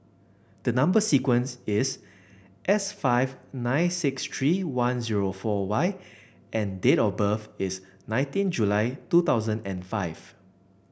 the number sequence is S five nine six three one zero four Y and date of birth is nineteen July two thousand and five